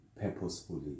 purposefully